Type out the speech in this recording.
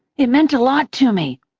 it meant a lot to me!